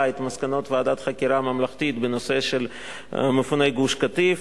את מסקנות ועדת החקירה הממלכתית בנושא של מפוני גוש-קטיף.